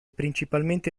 principalmente